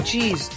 Jeez